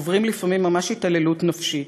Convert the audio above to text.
עוברים לפעמים ממש התעללות נפשית,